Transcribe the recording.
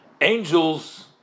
angels